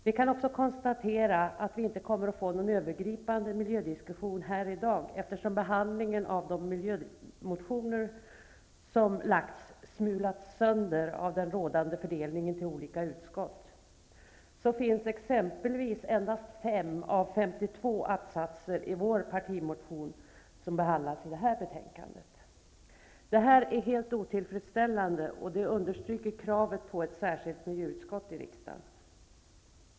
Vi kan också konstatera att vi inte kommer att få någon övergripande miljödiskussion här i dag, eftersom behandlingen av de miljömotioner som lagts fram har smulats sönder av den rådande fördelningen till olika utskott. Så finns exempelvis endast 5 av 52 attsatser i vår partimotion behandlade i detta betänkande. Det är helt otillfredsställande och understryker kravet på ett särskilt miljöutskott i riksdagen.